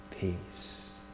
peace